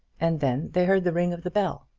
and then they heard the ring of the bell.